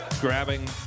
grabbing